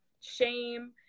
shame